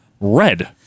red